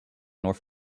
north